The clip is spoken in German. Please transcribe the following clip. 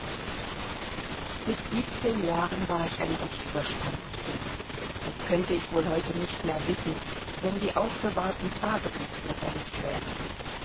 mit siebzehn jahren war ich ein recht überspanntes ding das könnte ich wohl heute nicht mehr wissen wenn die aufbewahrten tagebuchblätter nicht wären